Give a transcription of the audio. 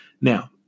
Now